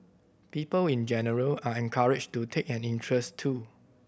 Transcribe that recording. people in general are encouraged to take an interest too